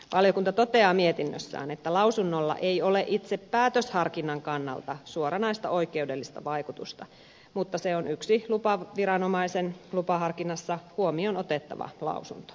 valiokunta toteaa mietinnössään että lausunnolla ei ole itse päätösharkinnan kannalta suoranaista oikeudellista vaikutusta mutta se on yksi lupaviranomaisen lupaharkinnassa huomioon otettava lausunto